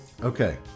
Okay